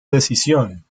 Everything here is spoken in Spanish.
decisión